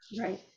Right